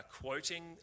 quoting